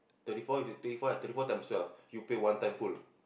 thirty four if you thirty four times twelve you pay one time full